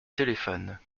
téléphone